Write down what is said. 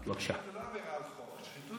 הוא מושחת --- שחיתות